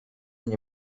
nie